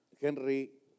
Henry